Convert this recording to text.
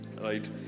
right